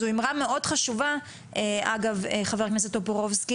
זו אימרה מאוד חשובה, אגב, ח"כ טופורובסקי,